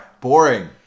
Boring